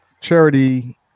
charity